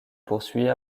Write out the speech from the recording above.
poursuit